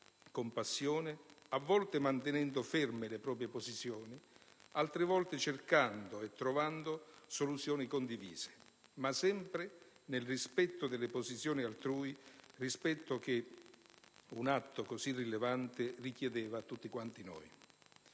con passione, a volte mantenendo ferme le proprie posizioni, altre volte cercando e trovando soluzioni condivise, ma sempre nel rispetto delle posizioni altrui, rispetto che un atto così rilevante richiedeva a tutti quanti noi.